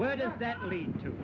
where does that lead to